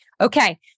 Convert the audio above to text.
Okay